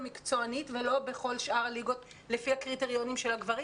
מקצוענית ולא בכל שאר הליגות כמו אצל הגברים.